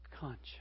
conscience